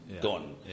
gone